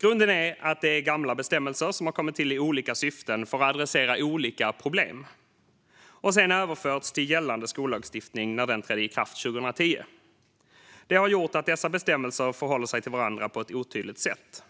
Grunden är att det är gamla bestämmelser som har kommit till i olika syften och för att adressera olika problem. Dessa har sedan överförts till gällande skollagstiftning när den trädde i kraft 2010, vilket har gjort att bestämmelserna förhåller sig till varandra på ett otydligt sätt.